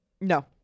No